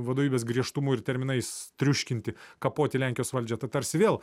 vadovybės griežtumu ir terminais triuškinti kapoti lenkijos valdžią ta tarsi vėl